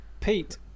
Pete